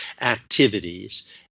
activities